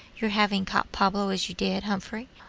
your having caught pablo as you did, humphrey,